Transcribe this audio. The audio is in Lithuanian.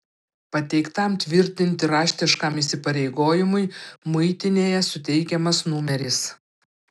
pateiktam tvirtinti raštiškam įsipareigojimui muitinėje suteikiamas numeris